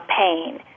pain